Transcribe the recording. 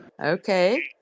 Okay